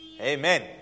Amen